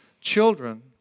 Children